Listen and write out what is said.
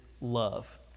love